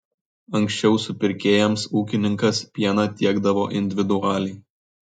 anksčiau supirkėjams ūkininkas pieną tiekdavo individualiai